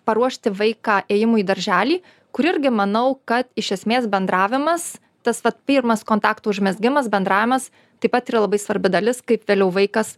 paruošti vaiką ėjimui į darželį kur irgi manau kad iš esmės bendravimas tas vat pirmas kontaktų užmezgimas bendravimas taip pat yra labai svarbi dalis kaip vėliau vaikas